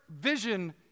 vision